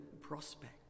prospect